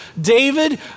David